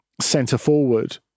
centre-forward